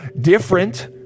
different